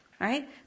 right